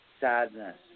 sadness